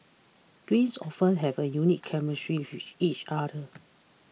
twins often have a unique chemistry with each other